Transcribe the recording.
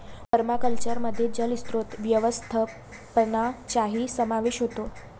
पर्माकल्चरमध्ये जलस्रोत व्यवस्थापनाचाही समावेश होतो